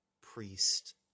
priest